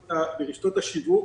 ברשתות השיווק